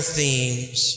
themes